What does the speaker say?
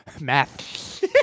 Math